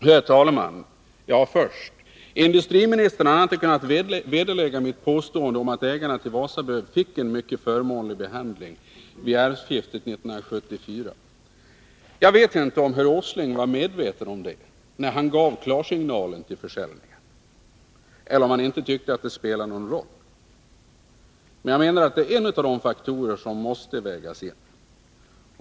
Herr talman! Industriministern har inte kunnat vederlägga mitt påstående att ägarna till Wasabröd fick en mycket förmånlig behandling vid arvsskiftet 1974. Jag vet inte om herr Åsling var medveten om det när han gav klarsignalen till försäljningen, eller om han inte tyckte att det spelade någon roll. Jag menar att detta är en av de faktorer som måste vägas in.